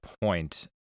point